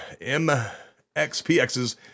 MXPX's